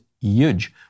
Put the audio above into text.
huge